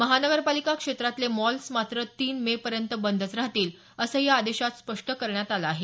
महानगरपालिका क्षेत्रातले मॉल्स मात्र तीन मे पर्यंत बंदच राहतील असंही या आदेशात स्पष्ट करण्यात आलं आहे